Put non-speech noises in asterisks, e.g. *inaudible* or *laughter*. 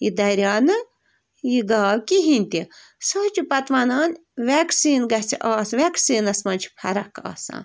یہِ دَریٛاو نہٕ یہِ گاو کِہیٖنۍ تہِ سُہ حظ چھِ پَتہٕ وَنان وٮ۪کسیٖن گژھِ *unintelligible* وٮ۪کسیٖنَس منٛز چھِ فرق آسان